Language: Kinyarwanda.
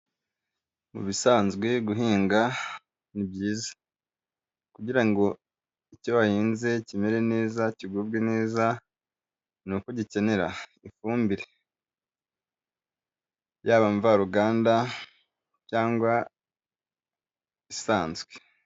Mu bisanzwe guhinga ni byiza, kugira ngo icyo wahinze kimere neza kigubwe neza, ni uko gikenera ifumbire, yaba mvaruganda cyangwa isanzwe.